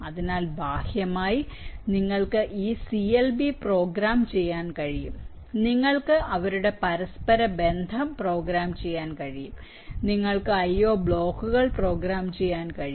അതിനാൽ ബാഹ്യമായി നിങ്ങൾക്ക് ഈ സിഎൽബി പ്രോഗ്രാം ചെയ്യാൻ കഴിയും നിങ്ങൾക്ക് അവരുടെ പരസ്പരബന്ധം പ്രോഗ്രാം ചെയ്യാൻ കഴിയും നിങ്ങൾക്ക് ഐഒ ബ്ലോക്കുകൾ പ്രോഗ്രാം ചെയ്യാൻ കഴിയും